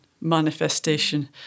manifestation